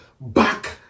Back